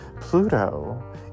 Pluto